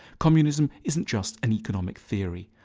communism isn't just an economic theory.